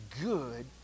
Good